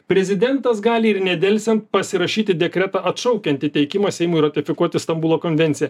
prezidentas gali ir nedelsiant pasirašyti dekretą atšaukiantį teikimą seimui ratifikuoti stambulo konvenciją